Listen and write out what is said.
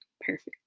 perfect